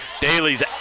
Daly's